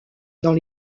dans